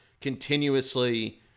continuously